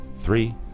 three